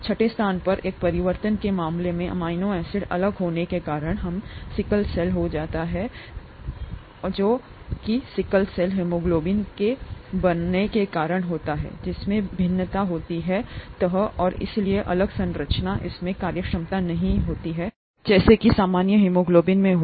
छठे स्थान पर एक परिवर्तन के मामले में अमीनो एसिड अलग होने के कारण हम सिकल हो जाते हैं सेल एनीमिया जो कि सिकल सेल हीमोग्लोबिन के बनने के कारण होता है जिसमें भिन्नता होती है तह और इसलिए अलग संरचना इसमें कार्यक्षमता नहीं है जो जुड़ा हुआ है सामान्य हीमोग्लोबिन के साथ